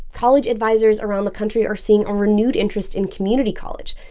college advisers around the country are seeing a renewed interest in community college.